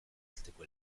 arteko